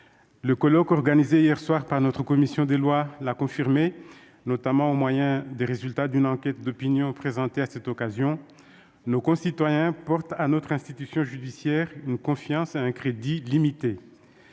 le colloque organisé hier soir par notre commission des lois l'a confirmé, notamment au moyen des résultats d'une enquête d'opinion présentés à cette occasion : nos concitoyens accordent à notre institution judiciaire une confiance et un crédit limités.